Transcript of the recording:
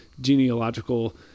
genealogical